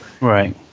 Right